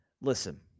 Listen